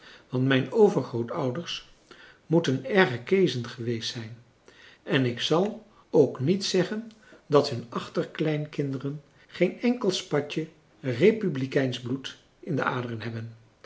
want mijn overgrootouders moeten erge keezen geweest zijn en ik zal ook niet zeggen dat hun achterkleinkinderen geen enkel spatje republikeinsch bloed in de aderen hebben